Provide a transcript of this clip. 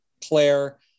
Claire